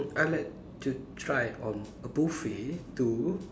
I like to try on a buffet to